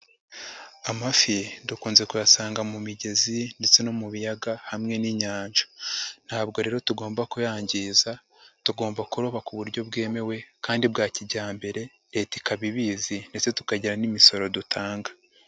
Amafi dukunze kuyasanga mu migezi ndetse no mu biyaga hamwe n'inyanja. Ntabwo rero tugomba kuyangiza, tugomba kuroba ku buryo bwemewe kandi bwa kijyambere, leta ikaba ibizi ndetse tukagira n'imisoro dutanga.